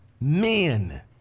men